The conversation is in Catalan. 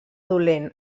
dolent